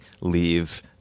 leave